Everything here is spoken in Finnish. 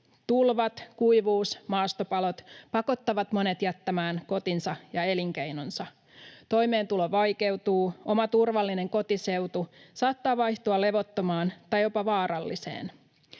Tulvat, kuivuus ja maastopalot pakottavat monet jättämään kotinsa ja elinkeinonsa. Toimeentulo vaikeutuu, ja oma turvallinen kotiseutu saattaa vaihtua levottomaan tai jopa vaaralliseen.